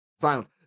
Silence